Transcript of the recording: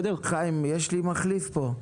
חיים, יש לי מחליף פה.